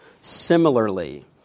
similarly